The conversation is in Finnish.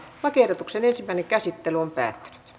lakiehdotuksen ensimmäinen käsittely päättyi